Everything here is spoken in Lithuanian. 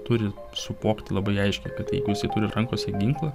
turi suvokti labai aiškiai kad jeigu jis turi rankose ginklą